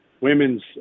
women's